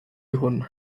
hwn